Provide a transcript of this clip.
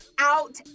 out